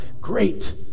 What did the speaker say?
great